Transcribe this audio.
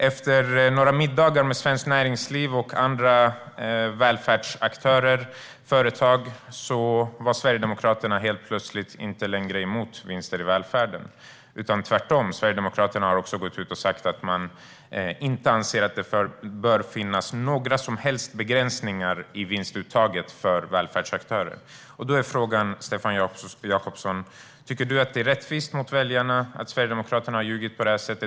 Efter några middagar med Svenskt Näringsliv och en del företag, välfärdsaktörer, var Sverigedemokraterna helt plötsligt inte längre emot vinster i välfärden utan tvärtom. Sverigedemokraterna har också gått ut och sagt att de inte anser att det bör finnas några som helst begränsningar i vinstuttaget för välfärdsaktörer. Då är frågan, Stefan Jakobsson: Tycker du att det är rättvist mot väljarna att Sverigedemokraterna har ljugit på detta sätt?